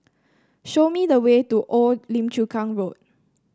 show me the way to Old Lim Chu Kang Road